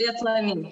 זה יצרנים.